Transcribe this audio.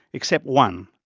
except one,